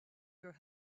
your